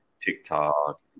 TikTok